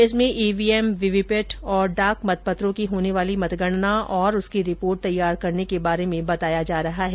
इसमें EVM VVPAT और डाक मतपत्रों की होने वाली मतगणना और उसकी रिपोर्ट तैयार करने के बारे में बताया जा रहा है